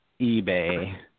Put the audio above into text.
eBay